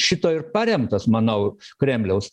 šito ir paremtas manau kremliaus